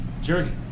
journey